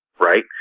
right